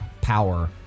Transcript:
power